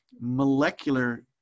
molecular